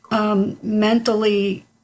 mentally